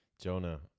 Jonah